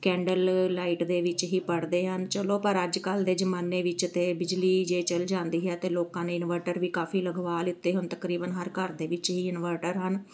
candle light ਦੇ ਵਿੱਚ ਹੀ ਪੜ੍ਹਦੇ ਹਨ ਚਲੋ ਪਰ ਅੱਜ ਕੱਲ੍ਹ ਦੇ ਜ਼ਮਾਨੇ ਵਿੱਚ ਤਾਂ ਬਿਜਲੀ ਜੇ ਚਲ ਜਾਂਦੀ ਹੈ ਅਤੇ ਲੋਕਾਂ ਨੇ ਇਨਵਰਟਰ ਵੀ ਕਾਫੀ ਲਗਵਾ ਲਿੱਤੇ ਹੁਣ ਤਕਰੀਬਨ ਹਰ ਘਰ ਦੇ ਵਿੱਚ ਹੀ ਇਨਵਰਟਰ ਹਨ